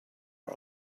are